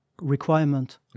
requirement